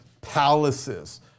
palaces